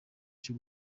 cyo